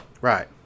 Right